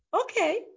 okay